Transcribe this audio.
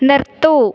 നിർത്തൂ